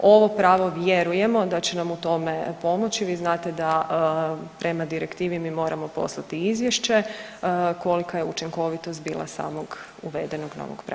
Ovo pravo vjerujemo da će nam u tome pomoći, vi znate da prema direktivi mi moramo poslati izvješće kolika je učinkovitost bila samog uvedenog novog prava.